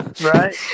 Right